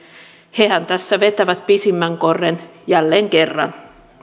hehän tässä vetävät pisimmän korren jälleen kerran